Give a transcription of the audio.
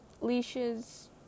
leashes